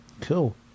Cool